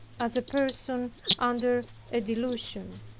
as a person under a delusion.